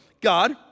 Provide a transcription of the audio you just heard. God